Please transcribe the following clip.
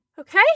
Okay